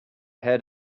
head